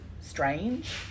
strange